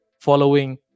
following